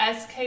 SK